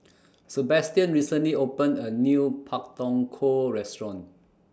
Sabastian recently opened A New Pak Thong Ko Restaurant